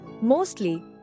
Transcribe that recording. mostly